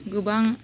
गोबां